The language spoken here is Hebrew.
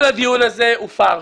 כל הדיון הזה הוא פארש.